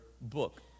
book